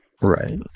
Right